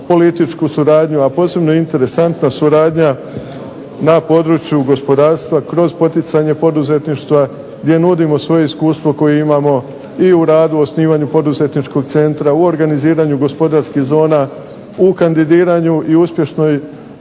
političku suradnju, a posebno je interesantna suradnja na području gospodarstva kroz poticanje poduzetništva gdje nudimo svoje iskustvo koje imamo i u radu i osnivanju poduzetničkog centra, u organiziranju gospodarskih zona, u kandidiranju i uspješnim